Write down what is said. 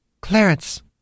Clarence